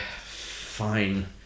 fine